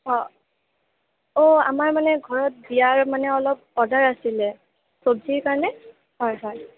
অঁ অঁ আমাৰ মানে ঘৰত বিয়াৰ মানে অলপ বজাৰ আছিলে চব্জিৰ কাৰণে হয় হয়